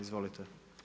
Izvolite.